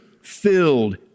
filled